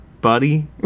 buddy